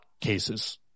cases